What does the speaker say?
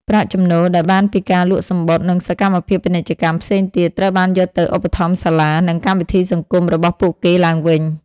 ប្រាក់ចំណូលដែលបានពីការលក់សំបុត្រ និងសកម្មភាពពាណិជ្ជកម្មផ្សេងទៀត ត្រូវបានយកទៅឧបត្ថម្ភសាលា និងកម្មវិធីសង្គមរបស់ពួកគេឡើងវិញ ។